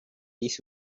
this